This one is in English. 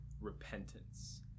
repentance